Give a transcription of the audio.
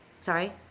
Sorry